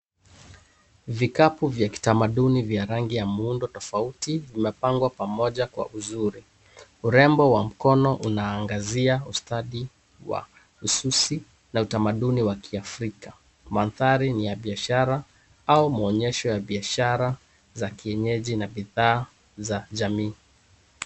Vikapu vya kitamaduni vya rangi ya muundo tofauti vimepangwa pamoja kwa uzuri. Urembo wa mkono unaangazia ustadi wa ususi na utamaduni wa kiafrika. Mandhari ni ya biashara au muonyesho ya biashara za kienyeji na bidhaa za jamii.